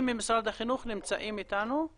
אני רוצה להגיד שמשרד החינוך נמצא בוועדה בין-משרדית,